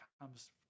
comes